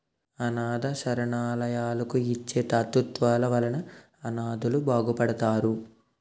అనాధ శరణాలయాలకు ఇచ్చే తాతృత్వాల వలన అనాధలు బాగుపడతారు